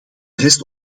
rest